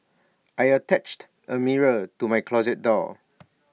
I attached A mirror to my closet door